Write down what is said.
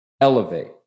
elevate